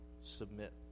submit